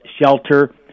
shelter